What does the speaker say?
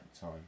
time